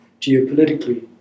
geopolitically